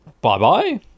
Bye-bye